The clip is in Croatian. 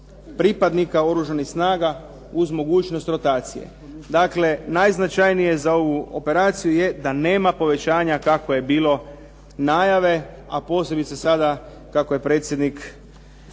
pripadnika Oružanih snaga uz mogućnost rotacije. Dakle, najznačajnije za ovu operaciju je da nema povećanja kako je bilo najave, a posebice sada kako je predsjednik